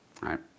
right